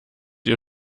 ihr